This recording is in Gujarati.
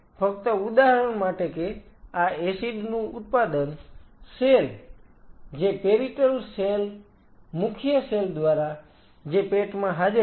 ફક્ત ઉદાહરણ માટે કે આ એસિડ નું ઉત્પાદન સેલ જે પેરિટલ સેલ મુખ્ય સેલ દ્વારા જે પેટમાં હાજર છે